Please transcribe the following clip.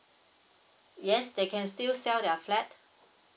yes they can still sell their flat